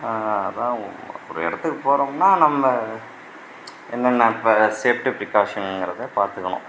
அதுதான் ஒரு இடத்துக்கு போறம்னால் நம்ப என்னன்னால் இப்போ சேஃப்டி ப்ரிகாஷங்கிறத பார்த்துக்கணும்